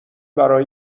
برای